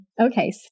Okay